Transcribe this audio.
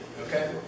Okay